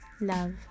Love